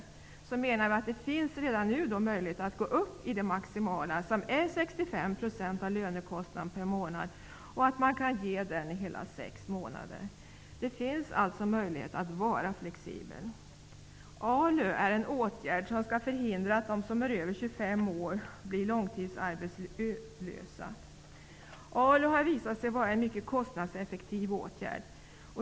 Men vi menar att möjligheten finns att redan nu gå upp till maximala nivå, dvs. 65 % av lönekostnaden per månad. Ersättningen kan ges i hela 6 månader. Det finns alltså möjlighet till flexibilitet. ALU är en åtgärd som skall förhindra att de som är över 25 år bli långtidsarbetslösa. ALU har visat sig vara en mycket kostnadseffektiv åtgärd.